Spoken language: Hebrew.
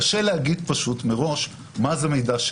קשה להגיד מראש מה זה מידע,